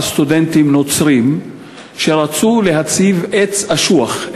סטודנטים נוצרים שרצו בכך להציב עץ אשוח,